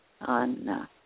on